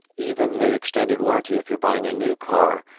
even the extended warranty if you're buying a new car,